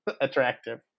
attractive